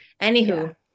anywho